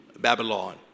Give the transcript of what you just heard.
Babylon